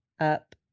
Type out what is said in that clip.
up